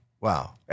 Wow